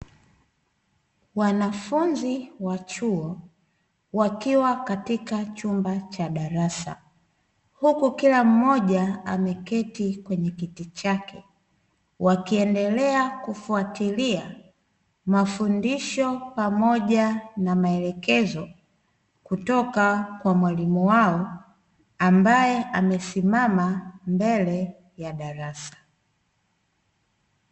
Wanafunzi wa chuo wakiwa katika chumba cha darasa, huku kila mmoja ameketi kwenye kiti chake, wakiendelea kufuatilia mafundisho pamoja na maelekezo kutoka kwa mwalimu wao ambaye amesimama mbele ya darasa.